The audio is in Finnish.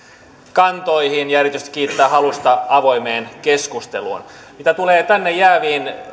kantoihin ja erityisesti kiittää halusta avoimeen keskusteluun mitä tulee tänne jääviin